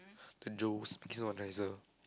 angels speaking of nicer